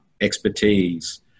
expertise